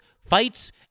fights